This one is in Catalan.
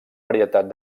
varietat